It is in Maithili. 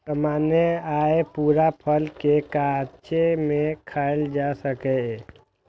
सामान्यतः अय पूरा फल कें कांचे मे खायल जा सकैए